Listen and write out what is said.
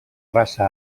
raça